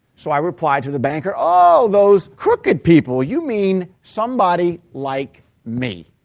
so i replied to the banker, oh, those crooked people! you mean somebody like me.